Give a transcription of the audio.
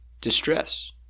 distress